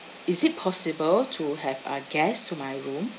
is it possible to have a guest to my room